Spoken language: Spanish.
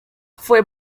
fue